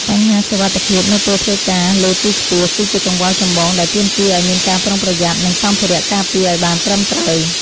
បញ្ហាសុវត្ថិភាពនៅពេលធ្វើការលើទីខ្ពស់ គឺជាកង្វល់ចម្បងដែលទាមទារឱ្យមានការប្រុងប្រយ័ត្ន និងសម្ភារៈការពារឱ្យបានត្រឹមត្រូវ។